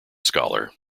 scholar